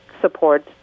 support